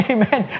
Amen